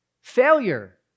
failure